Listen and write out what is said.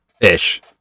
ish